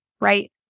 right